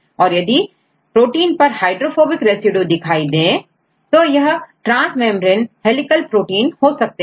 और यदि किसी प्रोटीन पर हाइड्रोफोबिक रेसिड्यूदिखाई दे उदाहरण के तौर पर15 से16 हाइड्रोफोबिक रेसिड्यू तो हम कहेंगे कि यह प्रोटीनट्रांस मेंब्रेन हेलीकल प्रोटीन हो सकते हैं